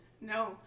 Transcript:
No